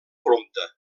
prompte